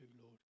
Lord